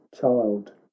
child